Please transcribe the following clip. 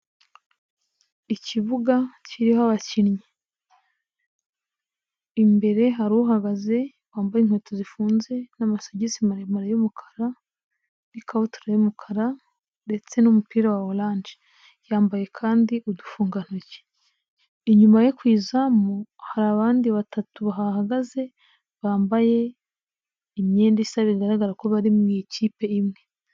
Ikibuga kiriho abakinnyi ,imbere hari uhagaze wambaye inkweto zifunze ,n'amasogisi maremare y'umukara , n'ikabutura y'umukara, ndetse n'umupira wa orange ,yambaye kandi udufunga ntoki, inyuma yo ku izamu hari abandi batatu bahahagaze, bambaye imyenda isa bigaragara ko bari mu ikipe imwe.